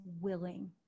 willing